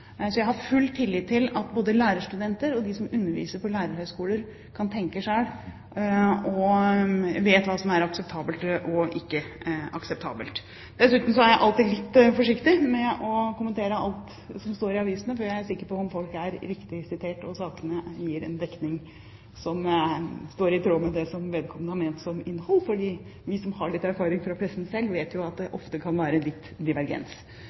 Jeg har full tillit til at både lærerstudenter og de som underviser på lærerhøyskoler, kan tenke selv og vet hva som er akseptabelt og ikke akseptabelt. Dessuten er jeg alltid litt forsiktig med å kommentere det som står i avisene, før jeg er sikker på om folk er riktig sitert, og om sakene gir en dekning som er i tråd med det vedkommende har ment. Vi som har litt erfaring fra pressen selv, vet jo at det ofte kan være litt divergens.